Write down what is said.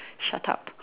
shut up